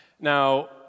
Now